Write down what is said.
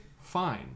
fine